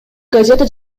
газета